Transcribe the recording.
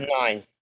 nine